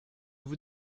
vous